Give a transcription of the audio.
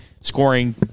scoring